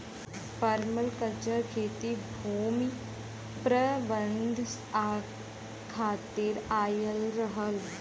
permaculture खेती भूमि प्रबंधन खातिर आयल रहल